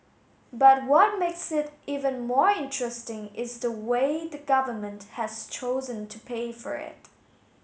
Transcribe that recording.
but what makes it even more interesting is the way the Government has chosen to pay for it